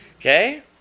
Okay